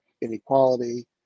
inequality